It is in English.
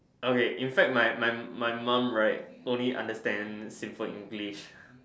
okay in fact my my my mom right only understand simple English